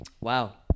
Wow